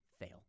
fail